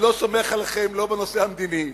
אני לא סומך עליכם, לא בנושא המדיני